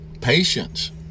Patience